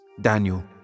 Daniel